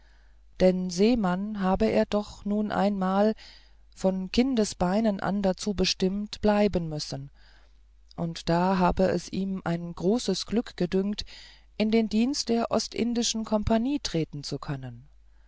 denn seemann habe er doch nun einmal von kindesbeinen an dazu bestimmt bleiben müssen und da habe es ihm ein großes glück gedünkt in den dienst der ostindischen kompanie treten zu können